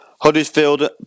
Huddersfield